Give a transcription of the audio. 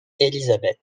élisabeth